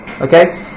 Okay